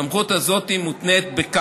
הסמכות הזאת מותנית: א.